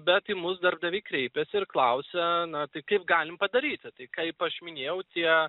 bet į mus darbdaviai kreipiasi ir klausia na tai kaip galim padaryti tai kaip aš minėjau tie